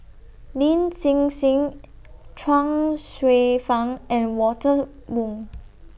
Lin Hsin Hsin Chuang Hsueh Fang and Walter Woon